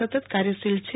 સતત કાર્યશીલ છે